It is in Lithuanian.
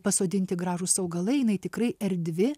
pasodinti gražūs augalai jinai tikrai erdvi